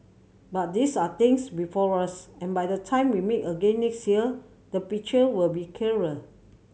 but these are things before us and by the time we meet again next year the picture will be clearer